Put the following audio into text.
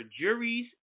juries